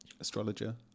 Astrologer